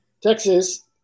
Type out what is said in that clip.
Texas